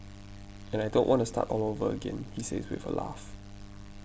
and I don't want to start all over again he says with a laugh